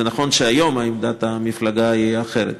זה נכון שהיום עמדת המפלגה היא אחרת.